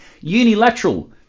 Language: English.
Unilateral